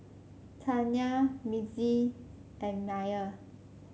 Tanya Mitzi and Myer